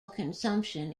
consumption